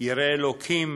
יראי אלקים